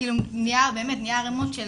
כאילו נהייה, באמת, נהייה ערמות של